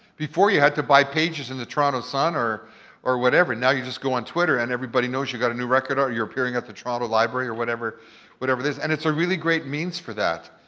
before, you had to buy pages in the toronto sun or or whatever. now you just go on twitter and everybody knows you got a new record out or you're appearing at the toronto library or whatever whatever it is and it's a really great means for that.